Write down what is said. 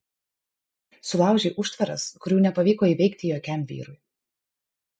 sulaužei užtvaras kurių nepavyko įveikti jokiam vyrui